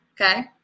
Okay